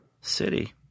city